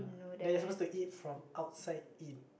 then you are supposed to eat from outside in